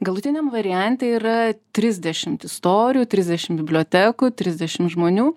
galutiniam variante yra trisdešimt istorijų trisdešim bibliotekų trisdešim žmonių